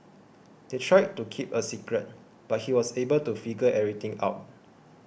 they tried to keep a secret but he was able to figure everything out